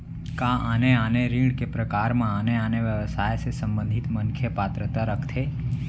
का आने आने ऋण के प्रकार म आने आने व्यवसाय से संबंधित मनखे पात्रता रखथे?